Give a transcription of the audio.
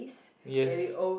yes